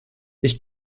ich